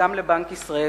וגם לבנק ישראל,